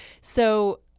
So-